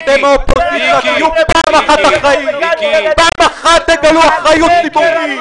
--- פעם אחת תגלו אחריות ציבורית,